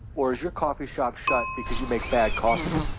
or is your coffee shop shut because you make bad coffee?